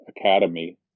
Academy